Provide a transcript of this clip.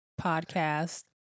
podcast